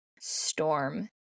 storm